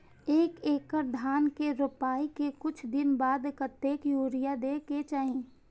एक एकड़ धान के रोपाई के कुछ दिन बाद कतेक यूरिया दे के चाही?